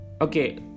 Okay